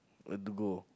where to go